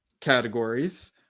categories